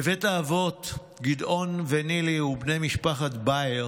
בבית האבות גדעון ונילי ובני משפחת באייר